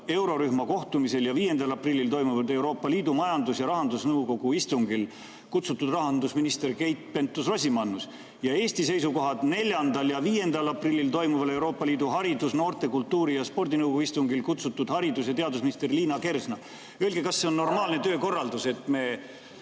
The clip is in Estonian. eurorühma kohtumisel ja 5. aprillil 2022 toimuval Euroopa Liidu majandus‑ ja rahandusnõukogu istungil, kutsutud rahandusminister Keit Pentus-Rosimannus; ja Eesti seisukohad 4.–5. aprillil 2022 toimuval Euroopa Liidu haridus‑, noorte‑, kultuuri‑ ja spordinõukogu istungil, kutsutud haridus‑ ja teadusminister Liina Kersna. Öelge, kas see on normaalne töökorraldus, et me